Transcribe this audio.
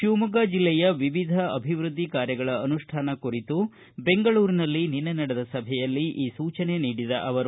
ಶಿವಮೊಗ್ಗ ಜಿಲ್ಲೆಯ ವಿವಿಧ ಅಭಿವೃದ್ಧಿ ಕಾರ್ಯಗಳ ಅನುಷ್ಠಾನ ಕುರಿತು ಬೆಂಗಳೂರಿನಲ್ಲಿ ನಿನ್ನೆ ನಡೆದ ಸಭೆಯಲ್ಲಿ ಈ ಸೂಚನೆ ನೀಡಿದ ಅವರು